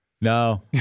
No